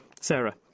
Sarah